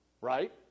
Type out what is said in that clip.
right